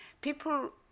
people